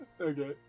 Okay